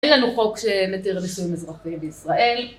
אין לנו חוק שמתיר נישואים אזרחיים בישראל.